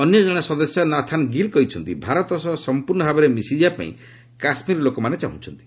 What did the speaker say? ଅନ୍ୟ ଜଣେ ସଦସ୍ୟ ନାଥାନ୍ ଗିଲ୍ କହିଛନ୍ତି ଭାରତ ସହ ସମ୍ପର୍ଶ୍ଣ ଭାବରେ ମିଶିଯିବାପାଇଁ କାଶ୍କୀର ଲୋକମାନେ ଚାହୁଁଛନ୍ତି